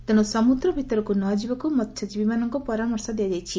ତେଶୁ ସମୁଦ୍ର ଭିତରକୁ ନ ଯିବାକୁ ମହ୍ୟଜୀବୀମାନଙ୍କୁ ପରାମର୍ଶ ଦିଆଯାଇଛି